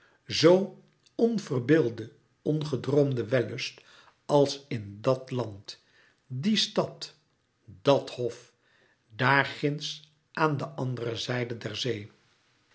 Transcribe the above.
zoo onverbeelde ongedroomde wellust als in dàt land diè stad dat hof daar ginds aan de andere zijde der zee